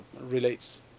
relates